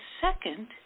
second